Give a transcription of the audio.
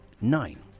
nine